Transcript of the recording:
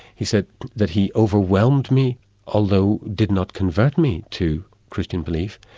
he said that he overwhelmed me although did not convert me to christian belief,